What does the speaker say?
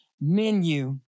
menu